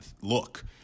look